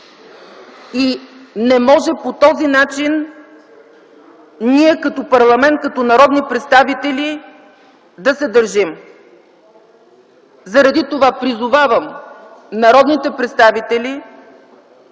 и не може по този начин ние като парламент, като народни представители да се държим. Заради това призовавам народните представители